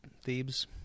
Thebes